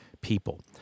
people